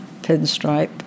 pinstripe